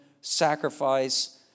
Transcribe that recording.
sacrifice